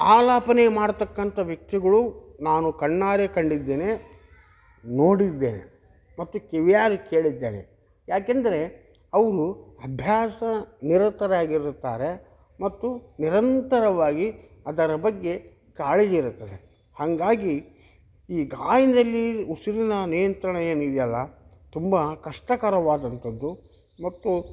ಆಲಾಪನೆ ಮಾಡ್ತಕ್ಕಂಥ ವ್ಯಕ್ತಿಗಳು ನಾನು ಕಣ್ಣಾರೆ ಕಂಡಿದ್ದೇನೆ ನೋಡಿದ್ದೇನೆ ಮತ್ತು ಕಿವಿಯಾರೆ ಕೇಳಿದ್ದೇನೆ ಯಾಕೆಂದರೆ ಅವರು ಅಭ್ಯಾಸ ನಿರತರಾಗಿರುತ್ತಾರೆ ಮತ್ತು ನಿರಂತರವಾಗಿ ಅದರ ಬಗ್ಗೆ ಕಾಳಜಿ ಇರುತ್ತದೆ ಹಾಗಾಗಿ ಈ ಗಾಯನದಲ್ಲಿ ಉಸಿರಿನ ನಿಯಂತ್ರಣ ಏನಿದೆಯಲ್ಲ ತುಂಬ ಕಷ್ಟಕರವಾದಂಥದ್ದು ಮತ್ತು